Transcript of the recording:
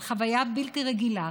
על חוויה בלתי רגילה